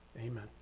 Amen